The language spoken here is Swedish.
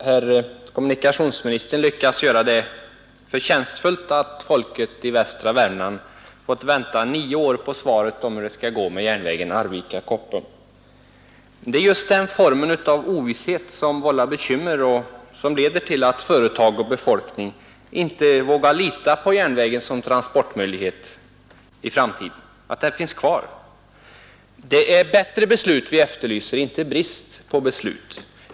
Fru talman! Herr kommunikationsministern lyckas göra det till något förtjänstfullt att folket i västra Värmland fått vänta nio år på svaret om hur det skall gå med järnvägslinjen Arvika—-Koppom. Just den formen av ovisshet vållar bekymmer och leder till att företag och befolkning inte vågar lita på att järnvägen i framtiden finns kvar som transportmöjlighet. Vi efterlyser bättre beslut, inte brist på beslut.